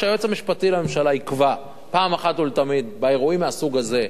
שהיועץ המשפטי יקבע פעם אחת ולתמיד באירועים מהסוג הזה.